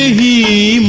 the